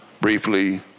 briefly